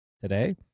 today